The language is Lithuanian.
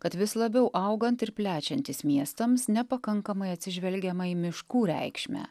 kad vis labiau augant ir plečiantis miestams nepakankamai atsižvelgiama į miškų reikšmę